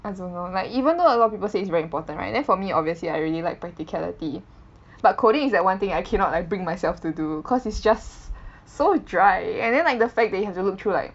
I don't know like even though a lot of people say it's very important right then for me obviously I really liked practicality but coding is that one thing I cannot like bring myself to do cause it's just so dry and then like the fact that you have to look through like